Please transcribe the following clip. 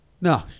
No